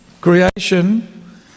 creation